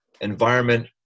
environment